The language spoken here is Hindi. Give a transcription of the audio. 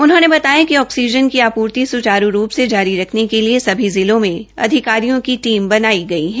उन्होंने बताया कि ऑक्सीजन की आपूर्ति सुचारू रूप से जारी रखने के लिए सभी जिलों में अधिकारियों की टीम बनाई गई है